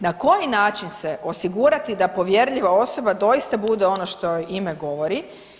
Na koji način se osigurati da povjerljiva osoba doista bude ono što ime govori.